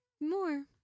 more